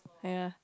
ya